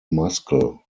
muscle